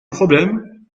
problème